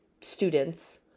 students